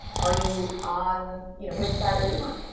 are you on you know which side are you on?